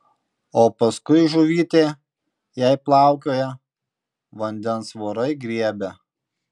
o paskui žuvytė jei plaukioja vandens vorai griebia